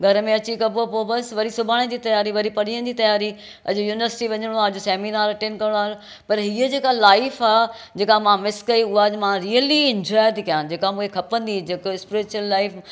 घर में अची कबो पोइ बसि वरी सुभाणे जी तयारी वरी पणीअ जी तयारी अॼु यूनिवर्सिटी वञिणो आहे अॼु सैमिनार अटेंड करिणो आहे वरी हीअ जेका लाइफ आहे जेका मां मिस कई उहा अॼु मां रिअली इंजॉय थी कयां जेका मूंखे खपंदी हुई जेको स्प्रिचुअल लाइफ